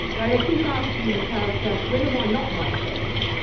though they keep asking the character, when am i not myself?